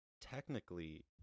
technically